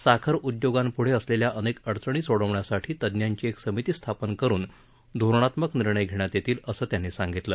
साखर उद्योगापुढं असलेल्या अनेक अडचणी सोडवण्यासाठी तज्ञांची एक समिती स्थापन करुन धोरणात्मक निर्णय घेण्यात येतील असं त्यांनी सांगितलं